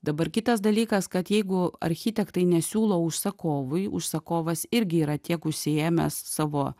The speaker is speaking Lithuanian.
dabar kitas dalykas kad jeigu architektai nesiūlo užsakovui užsakovas irgi yra tiek užsiėmęs savo